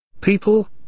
People